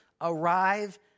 arrive